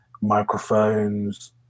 microphones